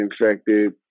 infected